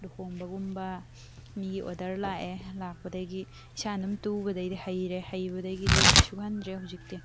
ꯂꯨꯍꯣꯡꯕꯒꯨꯝꯕ ꯃꯤꯒꯤ ꯑꯣꯗꯔ ꯂꯥꯛꯑꯦ ꯂꯥꯛꯄꯗꯒꯤ ꯏꯁꯥꯅ ꯑꯗꯨꯝ ꯇꯨꯕꯗꯩꯗꯤ ꯍꯩꯔꯦ ꯍꯩꯕꯗꯒꯤꯗꯤ ꯀꯩꯁꯨ ꯈꯟꯗ꯭ꯔꯦ ꯍꯧꯖꯤꯛꯇꯤ